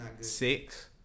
Six